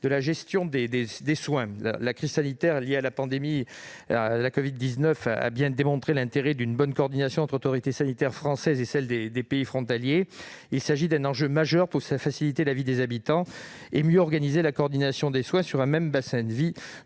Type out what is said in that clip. de la gestion des soins. La crise sanitaire liée à la pandémie de covid-19 a bien démontré l'intérêt d'une bonne coordination entre les autorités sanitaires françaises et celles des pays frontaliers. Il s'agit d'un enjeu majeur pour faciliter la vie des habitants et mieux organiser la coordination des soins sur un même bassin de vie,